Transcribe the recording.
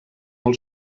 molt